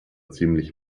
ziemlich